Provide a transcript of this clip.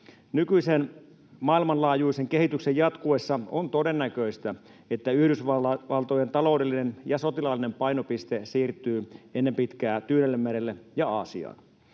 Nykyisen maailmanlaajuisen kehityksen jatkuessa on todennäköistä, että Yhdysvaltojen taloudellinen ja sotilaallinen painopiste siirtyy ennen pitkää Tyynellemerelle ja Aasiaan.